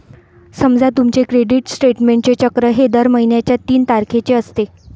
समजा तुमचे क्रेडिट स्टेटमेंटचे चक्र हे दर महिन्याच्या तीन तारखेचे असते